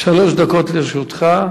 שלוש דקות לרשותך,